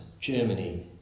Germany